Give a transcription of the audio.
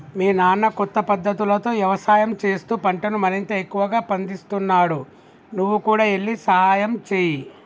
మీ నాన్న కొత్త పద్ధతులతో యవసాయం చేస్తూ పంటను మరింత ఎక్కువగా పందిస్తున్నాడు నువ్వు కూడా ఎల్లి సహాయంచేయి